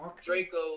Draco